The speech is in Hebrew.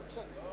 לא משנה.